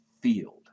field